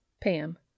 Pam